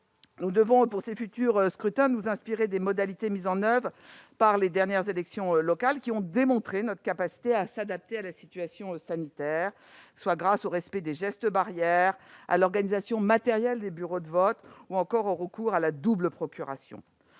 Nous devons, pour ces futurs scrutins, nous inspirer des modalités mises en oeuvre pour les dernières élections locales, qui ont démontré notre capacité à nous adapter à la situation sanitaire, grâce au respect des gestes barrières, à l'organisation matérielle des bureaux de vote ou encore au recours à la double procuration.